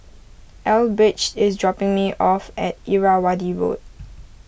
Elbridge is dropping me off at Irrawaddy Road